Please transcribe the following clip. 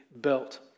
built